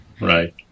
Right